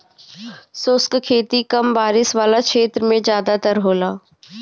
शुष्क खेती कम बारिश वाला क्षेत्र में ज़्यादातर होला